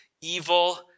evil